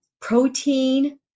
protein